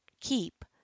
keep